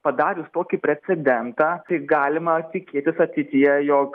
padarius tokį precedentą tai galima tikėtis ateityje jog